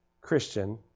Christian